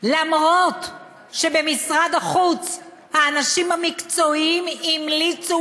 אף שבמשרד החוץ האנשים המקצועיים המליצו